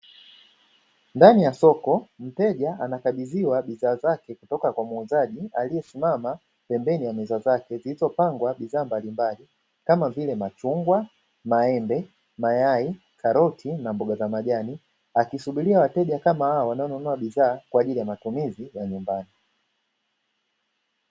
Ndani ya soko mteja anakabidhiwa bidhaa zake toka kwa muuzaji aliyesimama pembeni ya meza zake, zilizopangwa bidhaa mbalimbali kama vile machungwa, maembe, mayai, karoti na mboga za majani. Akisubiria wateja kama hao wanaonunua bidhaa kwa ajili ya matumizi ya nyumbani.